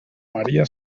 maría